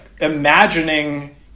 imagining